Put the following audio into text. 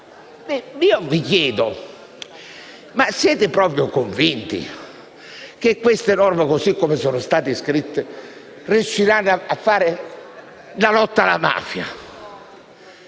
io mi chiedo: siete proprio convinti che queste norme, così come sono state scritte, serviranno nella lotta alla mafia?